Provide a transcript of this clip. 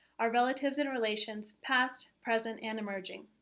ah relatives and relations, past, present, and emerging.